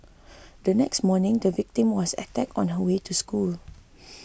the next morning the victim was attacked on her way to school